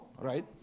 Right